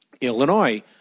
Illinois